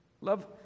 Love